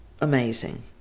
amazing